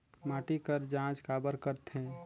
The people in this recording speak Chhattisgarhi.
माटी कर जांच काबर करथे?